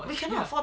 we cannot afford to